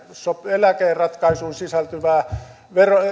eläkeratkaisuun sisältyvää